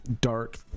dark